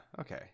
okay